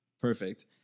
Perfect